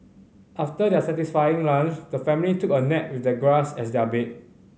after their satisfying lunch the family took a nap with the grass as their bed